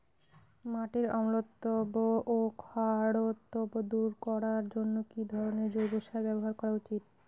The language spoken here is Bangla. মাটির অম্লত্ব ও খারত্ব দূর করবার জন্য কি ধরণের জৈব সার ব্যাবহার করা উচিৎ?